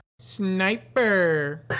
Sniper